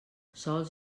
sols